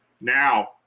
Now